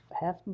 half